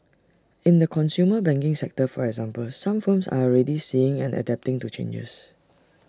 in the consumer banking sector for example some firms are already seeing and adapting to changes